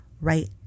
right